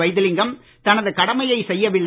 வைத்திலிங்கம் தனது கடமையைச் செய்யவில்லை